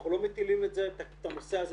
אנחנו לא מטילים את הנושא הזה,